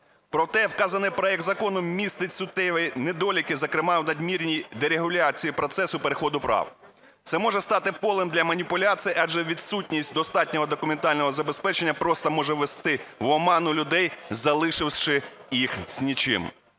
Проте вказаний проект закону містить суттєві недоліки, зокрема в надмірній дерегуляції процесу переходу прав. Це може стати полем для маніпуляцій, адже відсутність достатнього документального забезпечення просто може ввести в оману людей, залишивши їх з нічим.